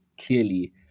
clearly